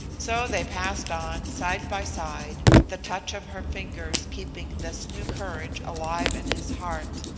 so they passed on, side by side, the touch of her fingers keeping this new courage alive in his heart,